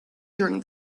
during